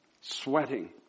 sweating